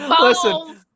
listen